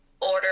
order